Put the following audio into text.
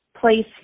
place